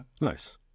Nice